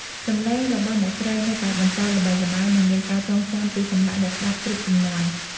សម្លេងរបស់អ្នកស្រីនៅតែបន្តល្បីល្បាញនិងមានការចងចាំពីសំណាក់អ្នកស្តាប់គ្រប់ជំនាន់។